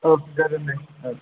औ जागोन दे औ